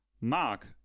Mark